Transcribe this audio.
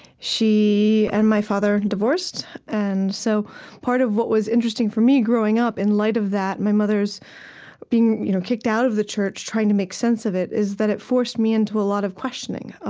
she and my father and divorced. and so part of what was interesting for me growing up in light of that, my mother's being you know kicked out of the church, trying to make sense of it, is that it forced me into a lot of questioning. ah